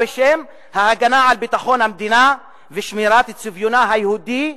בשם ההגנה על ביטחון המדינה ושמירת צביונה היהודי.